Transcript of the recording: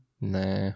Nah